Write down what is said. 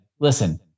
listen